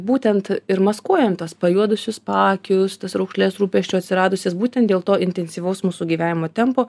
būtent ir maskuojam tuos pajuodusius paakius tas raukšles rūpesčio atsiradusias būten dėl to intensyvaus mūsų gyvenimo tempo